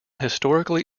historically